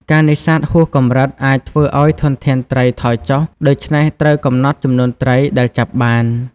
ការនេសាទហួសកម្រិត អាចធ្វើឱ្យធនធានត្រីថយចុះ ដូច្នេះត្រូវកំណត់ចំនួនត្រីដែលចាប់បាន។